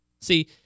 see